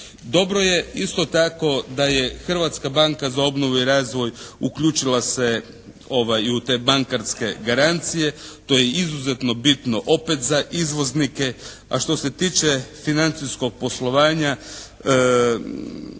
Dobro je isto tako da je Hrvatska banka za obnovu i razvoj uključila se u te bankarske garancije. To je izuzetno bitno opet za izvoznike, a što se tiče financijskog poslovanja